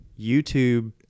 YouTube